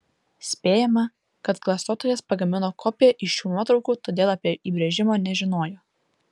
spėjama kad klastotojas pagamino kopiją iš šių nuotraukų todėl apie įbrėžimą nežinojo